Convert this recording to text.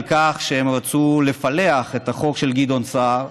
כך שהם רצו לפלח את החוק של גדעון סער.